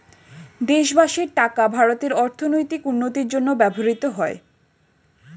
দেশবাসীর টাকা ভারতের অর্থনৈতিক উন্নতির জন্য ব্যবহৃত হয়